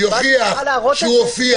אני לא מעלה אותך לוועדה.